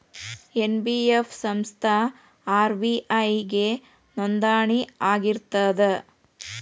NBF ಸಂಸ್ಥಾ RBI ಗೆ ನೋಂದಣಿ ಆಗಿರ್ತದಾ?